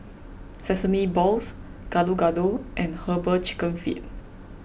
Sesame Balls Gado Gado and Herbal Chicken Feet